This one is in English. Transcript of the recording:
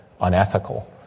unethical